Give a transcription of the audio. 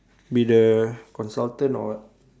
be the consultant or what